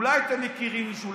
אולי אתם מכירים מישהו?